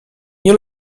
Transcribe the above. nie